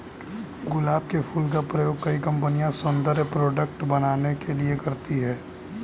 गुलाब के फूल का प्रयोग कई कंपनिया सौन्दर्य प्रोडेक्ट बनाने के लिए करती है